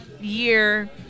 year